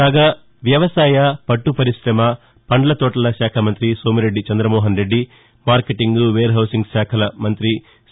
కాగా వ్యవసాయ పట్ట పరిశమ పండ్ల తోటల శాఖ మంతి సోమిరెడ్డి చందమోహనరెడ్డి మార్కెటింగ్ వేర్ హౌసింగ్ శాఖల మంతి సి